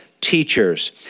teachers